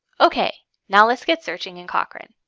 ok, now let's get searching in cochrane.